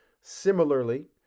Similarly